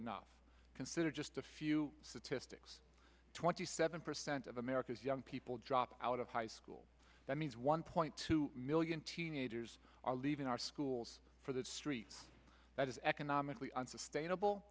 enough consider just a few statistics twenty seven percent of america's young people drop out of high school that means one point two million teenagers are leaving our schools for the streets that is economically unsustainable